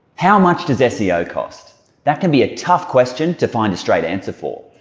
how much does ah seo cost that can be a tough question to find a straight answer for.